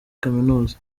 kaminuza